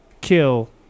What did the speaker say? Kill